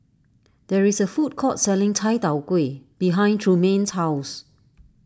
there is a food court selling Chai Tow Kway behind Trumaine's house